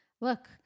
look